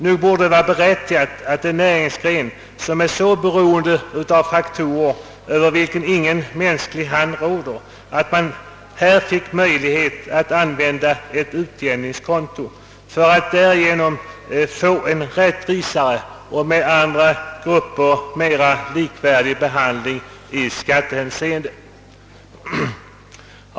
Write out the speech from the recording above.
Nog borde det vara berättigat att bl.a. denna näringsgren som är så beroende av faktorer, över vilka ingen mänsklig hand råder, att man här fick möjlighet att använda ett utjämningskonto för att därigenom få en rättvisare och med andra grupper mera likvärdig behandling i skattehänseende.